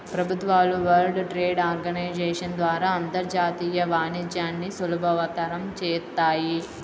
ప్రభుత్వాలు World Trade Organization ద్వారా అంతర్జాతీయ వాణిజ్యాన్ని సులభతరం చేత్తాయి